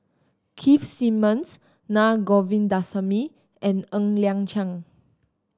Keith Simmons Na Govindasamy and Ng Liang Chiang